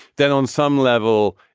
then on some level,